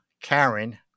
Karen